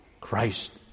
Christ